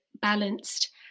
balanced